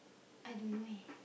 I don't know eh